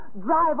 drive